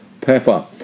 Pepper